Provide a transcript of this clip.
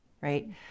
right